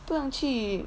不用去